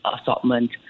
assortment